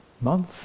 month